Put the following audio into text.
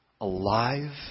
alive